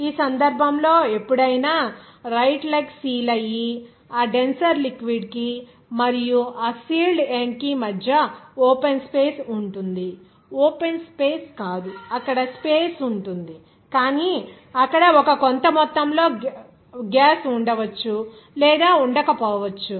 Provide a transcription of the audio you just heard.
ఈ సందర్భంలో ఎప్పుడైనా రైట్ లెగ్ సీల్ అయ్యి ఆ డెన్సర్ లిక్విడ్ కి మరియు ఆ సీల్డ్ ఎండ్ కి మధ్య ఓపెన్ స్పేస్ ఉంటుంది ఓపెన్ స్పేస్ కాదు అక్కడ స్పేస్ ఉంటుంది కానీ అక్కడ ఒక కొంత మొత్తంలో గ్యాస్ ఉండవచ్చు లేదా ఉండకపోవచ్చు